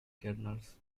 kernels